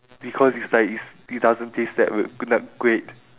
because it's like it's it doesn't taste that good that great